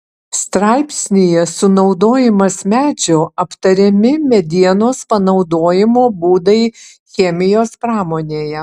straipsnyje sunaudojimas medžio aptariami medienos panaudojimo būdai chemijos pramonėje